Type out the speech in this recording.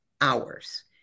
hours